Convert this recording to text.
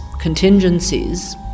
contingencies